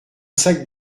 sac